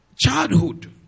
childhood